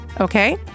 okay